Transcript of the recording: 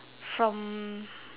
from